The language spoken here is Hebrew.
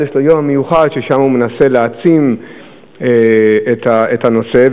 אז יש לו יום מיוחד שבו הוא מנסה להעצים את הנושא,